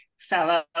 fellow